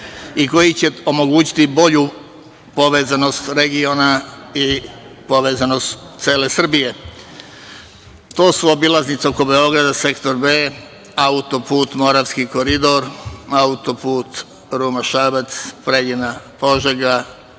i koji će omogućiti bolju povezanost regiona i povezanost cele Srbije. To su obilaznice oko Beograda sektor B, autoput Moravski koridor, autoput Ruma-Šabac, Preljina-Požega,